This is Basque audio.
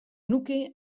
nuke